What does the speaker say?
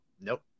nope